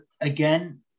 again